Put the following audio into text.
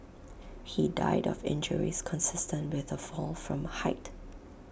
he died of injuries consistent with A fall from height